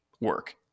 work